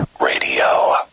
Radio